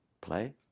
play